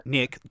Nick